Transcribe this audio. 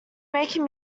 making